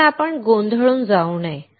पण आपण गोंधळून जाऊ नये